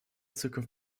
zukunft